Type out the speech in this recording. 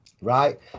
Right